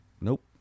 Nope